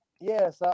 yes